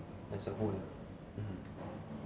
ah mm